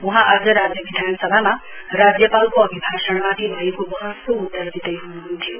वहाँ आज राज्यविधानसभामा राज्यपालको अभिभाषणमाथि भएको वहसको उतर दिँदैहनुह्न्थ्यो